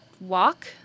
walk